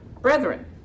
brethren